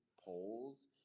polls